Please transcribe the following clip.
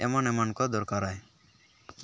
ᱮᱢᱟᱱ ᱮᱢᱟᱱ ᱠᱚ ᱫᱚᱨᱠᱟᱨᱟᱭ